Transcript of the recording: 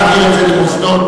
נעביר את זה למוסדות.